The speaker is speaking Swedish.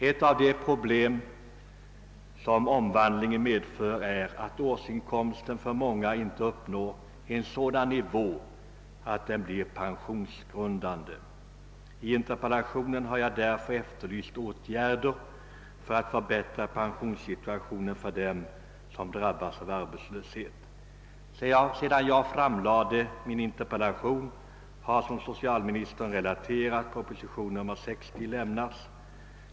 Ett av de problem som omvandlingen medför är att årsinkomsten för många inte uppnår en sådan nivå att den blir pensionsgrundande. I interpellationen har jag därför efterlyst åtgärder för att förbättra pensionssituationen för dem som drabbas av arbetslöshet. Sedan jag framställde min interpellation har, såsom socialministern nämnde, proposition nr 60 lämnats.